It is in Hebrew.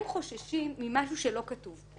הם חוששים ממשהו שלא כתוב פה